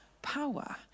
power